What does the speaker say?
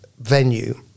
venue